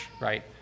right